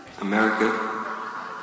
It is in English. America